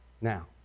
Now